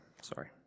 sorry